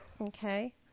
Okay